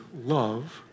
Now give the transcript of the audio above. love